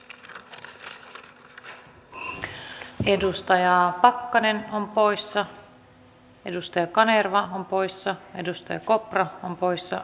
nyt tarvitaan uutta kurssia ja nimenomaan on hyvä yhdessä hallitus oppositio kaikki puolueet peräänkuuluttaa komiteatyöskentelyn tärkeyttä ja sitä että poliittisen ohjauksen ja varsinaisen teknisen lainvalmistelun välillä on riittävän pitkä etäisyys